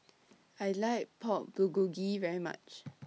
I like Pork Bulgogi very much